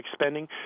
spending